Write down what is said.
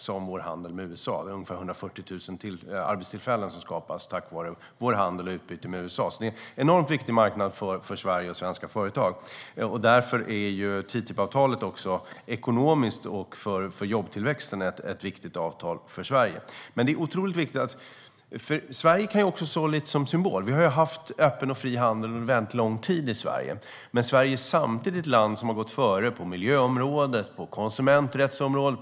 Det är ungefär 140 000 arbetstillfällen som skapas tack vare vår handel och vårt utbyte med USA, så det är en enormt viktig marknad för Sverige och svenska företag. Därför är TTIP ett viktigt avtal för Sverige, ekonomiskt sett och för jobbtillväxten. Sverige kan stå lite som symbol. Vi har ju haft en öppen och fri handel i Sverige under väldigt lång tid, men vi är samtidigt ett land som har gått före på miljöområdet och konsumenträttsområdet.